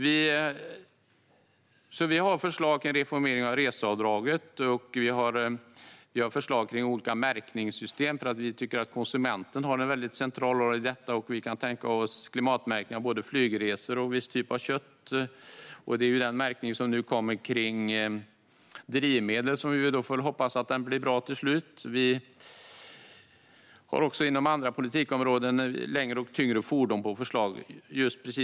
Vi har förslag kring reformering av reseavdraget och kring olika märkningssystem. Vi tycker att konsumenten har en central roll i detta och kan tänka oss klimatmärkning av både flygresor och vissa typer av kött. Den märkning av drivmedel som nu kommer hoppas vi blir bra till slut. Vi har också förslag inom andra politikområden; det gäller längre och tyngre fordon.